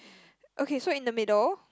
okay so in the middle